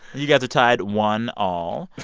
you guys are tied one all.